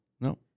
No